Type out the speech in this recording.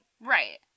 Right